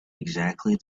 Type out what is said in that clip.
exactly